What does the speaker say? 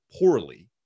poorly